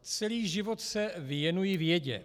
Celý život se věnuji vědě.